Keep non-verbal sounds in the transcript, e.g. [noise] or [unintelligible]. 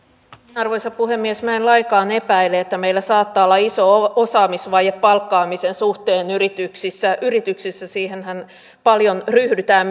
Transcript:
arvoisa puhemies minä en lainkaan epäile sitä että meillä saattaa olla iso osaamisvaje palkkaamisen suhteen yrityksissä yrityksissä siihenhän paljon ryhdytään [unintelligible]